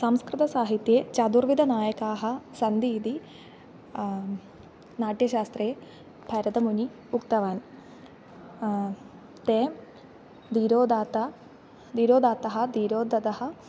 संस्कृतसाहित्ये चदुर्विधनायकाः सन्ति इति नाट्यशास्त्रे भरतमुनिः उक्तवान् ते दीरोदात्तः दीरोदात्तः दीरोद्धतः